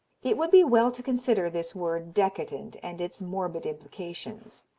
it would be well to consider this word decadent and its morbid implications.